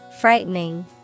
frightening